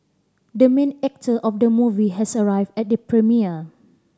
the main actor of the movie has arrived at the premiere